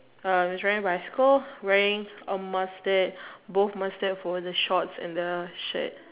uh is riding a bicycle wearing a masked both masked folded shorts and the shirt